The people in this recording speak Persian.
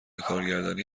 کارگردانی